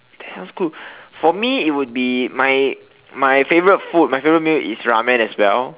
sounds good for me it would be my my favourite food my favourite meal is ramen as well